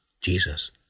Jesus